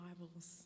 Bibles